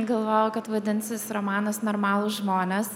galvojau kad vadinsis romanas normalūs žmonės